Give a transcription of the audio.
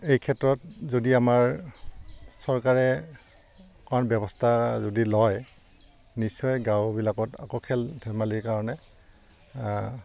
এই ক্ষেত্ৰত যদি আমাৰ চৰকাৰে অকণ ব্যৱস্থা যদি লয় নিশ্চয় গাঁওবিলাকত আকৌ খেল ধেমালিৰ কাৰণে